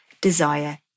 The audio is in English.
desire